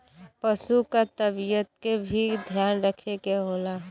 पसु क तबियत के भी ध्यान रखे के होला